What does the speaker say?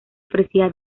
ofrecía